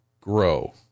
grow